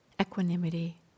equanimity